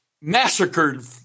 massacred